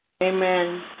Amen